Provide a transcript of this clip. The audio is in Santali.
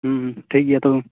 ᱴᱷᱤᱠ ᱜᱮᱭᱟ ᱛᱚ